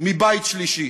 מהבית השלישי.